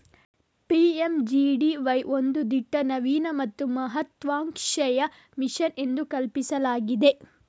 PMGDY ಒಂದು ದಿಟ್ಟ, ನವೀನ ಮತ್ತು ಮಹತ್ವಾಕಾಂಕ್ಷೆಯ ಮಿಷನ್ ಎಂದು ಕಲ್ಪಿಸಲಾಗಿದೆ